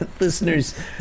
Listeners